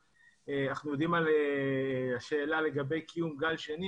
יש שאלה לגבי קיומו של גל שני,